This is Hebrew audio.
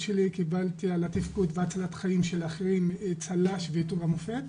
קיבלתי על התפקוד שלי ועל הצלת חיים של אחרים קיבלתי צל"ש ועיטור המופת.